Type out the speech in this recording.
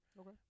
Okay